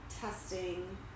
testing